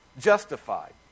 Justified